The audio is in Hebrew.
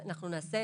אנחנו נעשה,